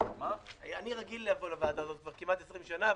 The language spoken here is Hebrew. אני רגיל לבוא לוועדה הזאת כמעט 20 שנה.